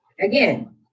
again